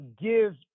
give